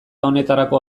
honetarako